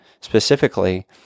specifically